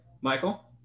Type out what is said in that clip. Michael